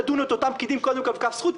תדונו את אותם פקידים קודם כול לכף זכות,